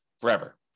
forever